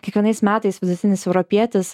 kiekvienais metais vidutinis europietis